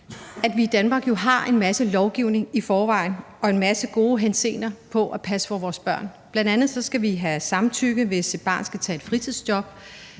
at vi i Danmark jo har en masse lovgivning i forvejen og en masse gode hensigter for at passe på vores børn. Bl.a. skal vi have samtykke, hvis et barn skal tage et fritidsjob,